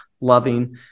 loving